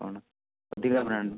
କ'ଣ ଅଧିକା ବ୍ରାଣ୍ଡ୍